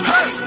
Hey